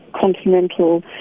continental